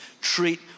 treat